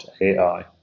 .ai